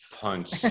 punch